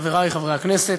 חברי חברי הכנסת,